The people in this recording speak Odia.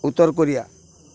ଉତ୍ତର କୋରିଆ